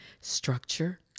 Structure